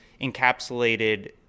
encapsulated